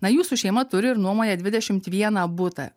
na jūsų šeima turi ir nuomoja dvidešimt vieną butą